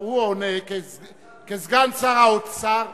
הוא עונה כסגן שר האוצר,